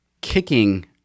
kicking